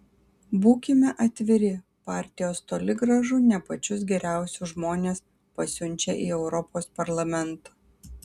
būkime atviri partijos toli gražu ne pačius geriausius žmones pasiunčia į europos parlamentą